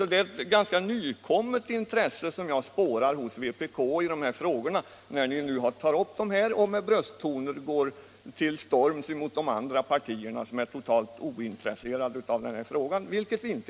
Det är alltså ett ganska nymornat intresse jag spårar hos vpk i dessa frågor när ni nu med brösttoner går till storms mot de andra partierna och säger att de är totalt ointresserade av den här frågan. Det är vi inte.